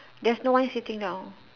there's no one sitting down